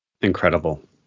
Incredible